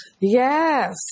Yes